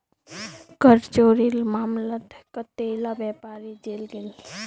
कर चोरीर मामलात कतेला व्यापारी जेल गेल